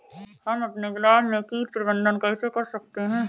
हम अपने गुलाब में कीट प्रबंधन कैसे कर सकते है?